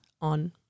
on